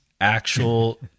actual